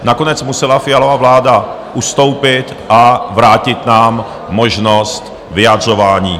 Nakonec musela Fialova vláda ustoupit a vrátit nám možnost vyjadřování.